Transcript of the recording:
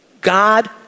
God